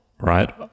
right